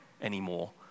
anymore